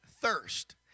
thirst